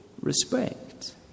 respect